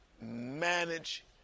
manage